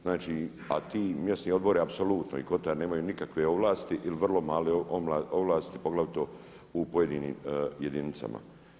Znači a ti mjesni odbori apsolutno i kotari nemaju nikakve ovlasti ili vrlo male ovlasti poglavito u pojedinim jedinicama.